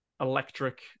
electric